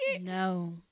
No